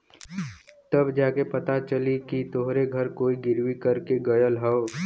तब जा के पता चली कि तोहरे घर कोई गिर्वी कर के गयल हौ